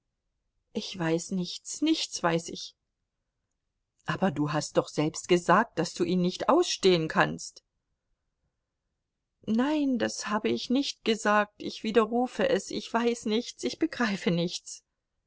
ich weiß nichts nichts weiß ich aber du hast doch selbst gesagt daß du ihn nicht ausstehen kannst nein das habe ich nicht gesagt ich widerrufe es ich weiß nichts und begreife nichts